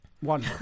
One